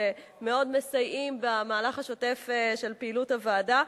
שמאוד מסייעים במהלך השוטף של פעילות הוועדה,